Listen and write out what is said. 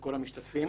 ולכל המשתתפים.